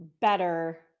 better